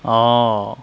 orh